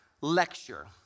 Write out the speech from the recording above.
lecture